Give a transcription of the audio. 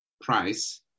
price